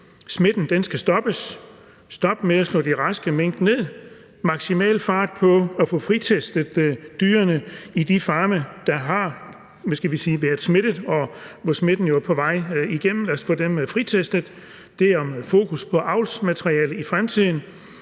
man skal stoppe med at slå de raske mink ned; der skal maksimal fart på at få fritestet dyrene på de farme, hvor der har været smitte, og hvor smitten jo er på vej igennem – lad os få dem fritestet. Det handler om fokus på avlsmateriale i fremtiden;